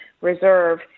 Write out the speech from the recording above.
reserve